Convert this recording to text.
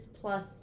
plus